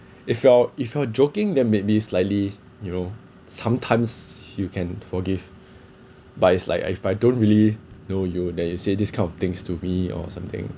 if you're if you're joking then maybe slightly you know sometimes you can forgive but it's like if I don't really know you then you say this kind of things to me or something